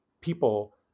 people